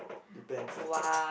depends lah